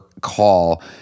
call